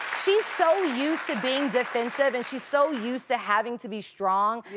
she's so used to being defensive. and she's so used to having to be strong.